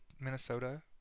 Minnesota